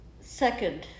second